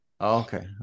Okay